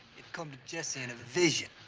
it come to jesse in a vision.